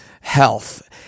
health